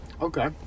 Okay